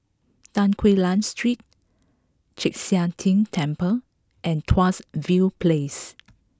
Tan Quee Lan Street Chek Sian Tng Temple and Tuas View Place